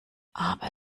aber